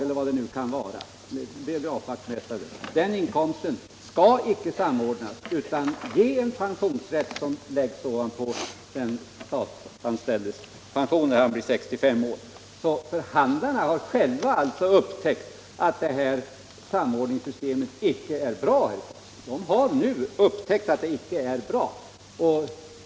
Sådana inkomster skulle alltså inte samordnas utan ge en pensionsrätt, som läggs ovanpå den statsanställdes pension när han blir 65 år. Förhandlarna har tydligen själva upptäckt att samordningssystemet inte är bra.